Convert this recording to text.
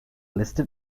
listed